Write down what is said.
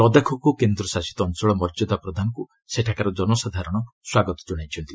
ଲଦାଖକୁ କେନ୍ଦ୍ରଶାସିତ ଅଞ୍ଚଳ ମର୍ଯ୍ୟାଦା ପ୍ରଦାନକୁ ସେଠାକାର ଜନସାଧାରଣ ସ୍ୱାଗତ ଜଣାଇଛନ୍ତି